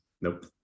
Nope